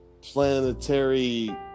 planetary